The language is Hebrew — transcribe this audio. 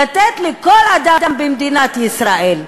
לתת לכל אדם במדינת ישראל,